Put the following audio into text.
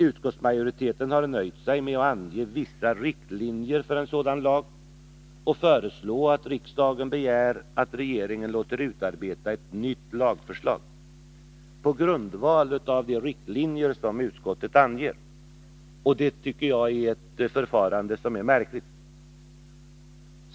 Utskottsmajoriteten har nöjt sig med att ange vissa riktlinjer för en sådan lag och föreslå att riksdagen begär att regeringen låter utarbeta ett nytt lagförslag på grundval av de riktlinjer som utskottet anger. Jag finner detta förfarande märkligt.